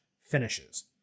finishes